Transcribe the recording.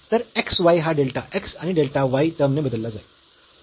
तर x y हा delta x आणि डेल्टा y टर्म ने बदलला जाईल